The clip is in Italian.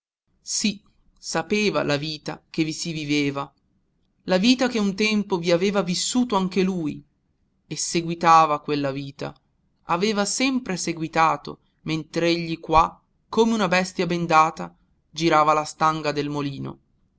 sì sapeva la vita che vi si viveva la vita che un tempo vi aveva vissuto anche lui e seguitava quella vita aveva sempre seguitato mentr'egli qua come una bestia bendata girava la stanga del molino